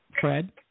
Fred